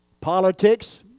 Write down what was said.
Politics